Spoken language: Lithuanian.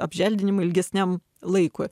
apželdinimą ilgesniam laikui